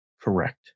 Correct